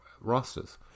rosters